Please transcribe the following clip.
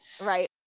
Right